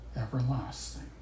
everlasting